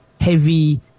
heavy